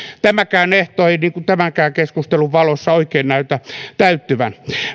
tämäkään ehto ei tämänkään keskustelun valossa oikein näytä täyttyvän